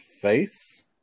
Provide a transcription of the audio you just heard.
face